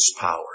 power